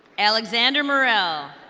alexander merell.